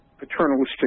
Paternalistic